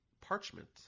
parchment